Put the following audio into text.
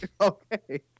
Okay